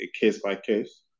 case-by-case